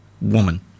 Woman